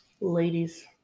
ladies